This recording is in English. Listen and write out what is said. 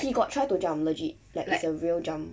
he got try to jump legit like it's a real jump